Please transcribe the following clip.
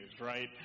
right